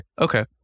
Okay